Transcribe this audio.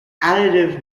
additive